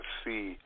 see